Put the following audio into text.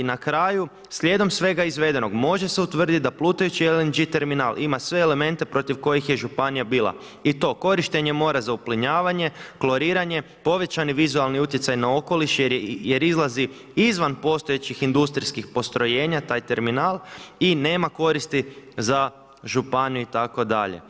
I na kraju, slijedom svega izvedenog može se utvrditi da plutajući LNG terminal ima sve elemente protiv kojih je županija bila i to korištenje mora za uplinjavanje, kloriranje, povećani vizualni utjecaj na okoliš jer izlazi izvan postojećih industrijskih postrojenja taj terminal i nema koristi za županiju itd.